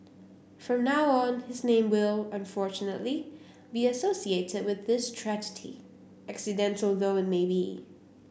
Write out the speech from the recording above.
from now on his name will unfortunately be associated with this tragedy accidental though it may be